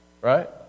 right